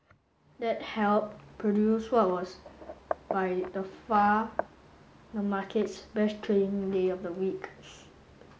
that helped produce what was by the far the market's best trading day of the week